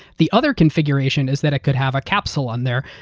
the other configuration is that it could have a capsule on there.